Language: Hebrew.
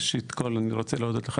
ראשית כול אני רוצה להודות לך,